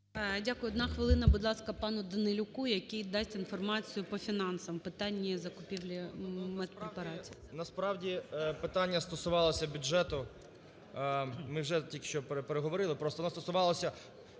Дякую. Одна хвилина, будь ласка, пану Данилюку, який дасть інформацію по фінансовим питанням і закупівлі медпрепаратів. 10:47:10 ДАНИЛЮК О.О. Насправді питання стосувалося бюджету. Ми вже тільки що переговорили, просто воно стосувалося